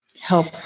help